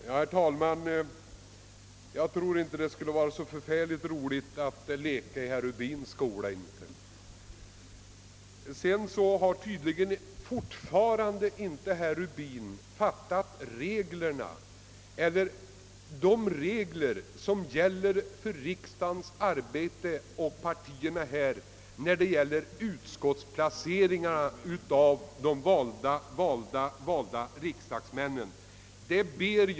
Herr talman! Jag tror inte det skulle vara så särskilt roligt att leka i herr Rubins skola! Herr Rubin fattar tydligen fortfarande inte vilka regler som gäller för riksdagens arbete och för partierna vid utskottsplaceringarna av de valda riksdagsledamöterna.